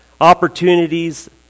Opportunities